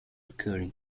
recurring